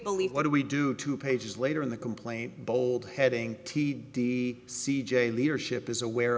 belief what do we do two pages later in the complaint bold heading t d c j leadership is aware